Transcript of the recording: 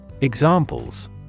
Examples